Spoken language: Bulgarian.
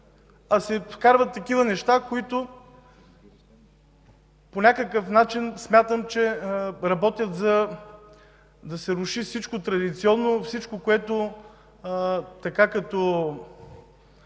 а се вкарват такива неща, които по някакъв начин смятам, че работят, за да се руши всичко традиционно, всичко, което се е